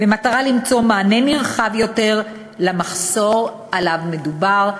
במטרה למצוא מענה נרחב יותר למחסור שעליו מדובר.